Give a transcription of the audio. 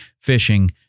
fishing